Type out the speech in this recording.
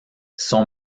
son